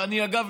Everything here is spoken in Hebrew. ואגב,